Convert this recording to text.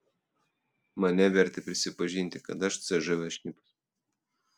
mane vertė prisipažinti kad aš cžv šnipas